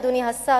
אדוני השר,